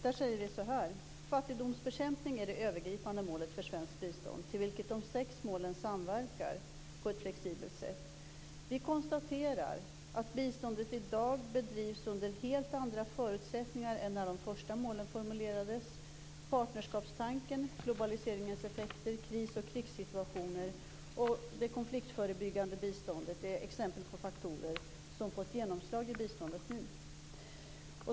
Där säger vi så här: "Fattigdomsbekämpning är det övergripande målet för svenskt bistånd, till vilket de sex målen samverkar på ett flexibelt sätt. Utskottet konstaterar att biståndet i dag bedrivs under helt andra förutsättningar än när de första målen formulerades. Partnerskapstanken, globaliseringens effekter, krisoch krigssituationer, naturkatastrofer samt den ekonomiska och sociala situationens betydelse för nationell säkerhet är exempel på faktorer som fått genomslag i biståndet."